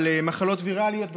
על מחלות ויראליות בכלל,